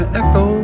echo